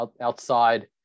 outside